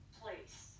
place